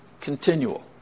continual